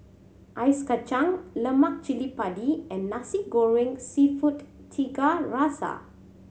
Ice Kachang lemak cili padi and Nasi Goreng Seafood Tiga Rasa